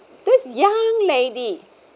this young lady